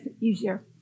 easier